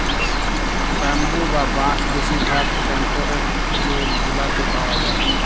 bamboo বা বাঁশ বেশির ভাগ টেম্পরেট জোল গুলাতে পাউয়া যায়